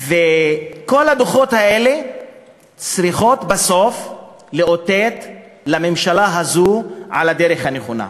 וכל הדוחות האלה צריכים בסוף לאותת לממשלה הזו על הדרך הנכונה,